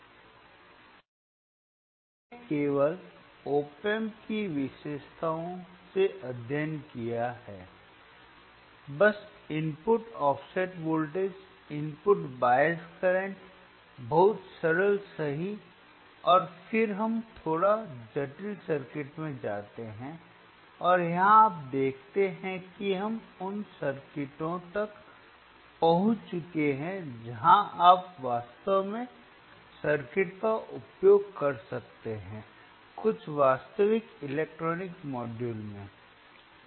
हमने केवल op amp की विशेषताओं से अध्ययन किया है बस input offset voltage input bias current बहुत सरल सही और फिर हम थोड़ा जटिल सर्किट में जाते हैं और यहाँ आप देखते हैं कि हम उन सर्किटों तक पहुँच चुके हैं जहाँ आप वास्तव में सर्किट का उपयोग कर सकते हैं कुछ वास्तविक इलेक्ट्रॉनिक मॉड्यूल में